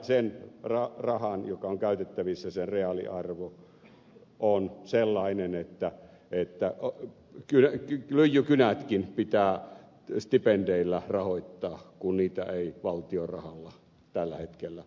sen rahan joka on käytettävissä reaaliarvo on sellainen että lyijykynätkin pitää stipendeillä rahoittaa kun niitä ei valtion rahalla tällä hetkellä pysty rahoittamaan